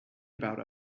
about